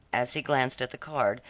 as he glanced at the card,